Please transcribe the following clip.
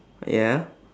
ya